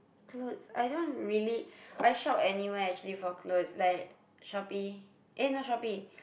dudes I don't really I shop anywhere actually for cloth like Shopee eh no Shopee